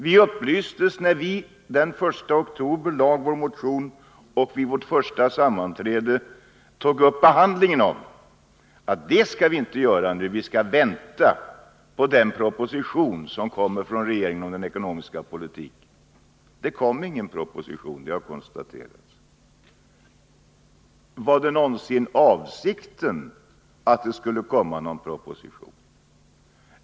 Vi upplystes, när vi den 1 oktober lade fram vår motion och när vi vid vårt första utskottssammanträde tog upp behandlingen av den, att så skall vi inte göra nu, utan vi skall vänta på den proposition om den ekonomiska politiken som kommer från regeringen. Det kom ingen proposition, jag konstaterar det. Var det någonsin avsikten att det skulle komma någon proposition?